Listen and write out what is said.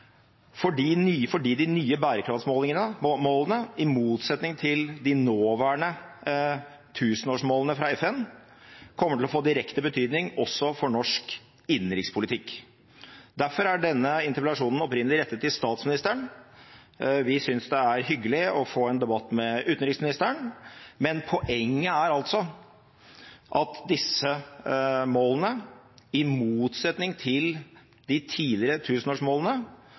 fordi de nye bærekraftmålene, i motsetning til FNs nåværende tusenårsmål, kommer til å få direkte betydning også for norsk innenrikspolitikk. Derfor er denne interpellasjonen opprinnelig rettet til statsministeren. Vi synes det er hyggelig å få en debatt med utenriksministeren, men poenget er at disse målene, i motsetning til de tidligere tusenårsmålene,